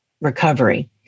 recovery